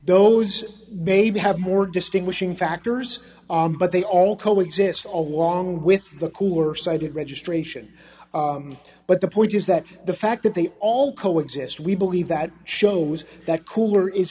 those maybe have more distinguishing factors but they all coexist along with the cooler side it registration but the point is that the fact that they all co exist we believe that shows that cooler is